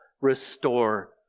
restore